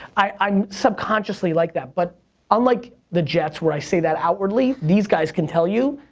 i'm subconsciously like that. but unlike the jets where i say that outwardly, these guys can tell you,